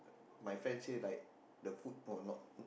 my friend say like the food not not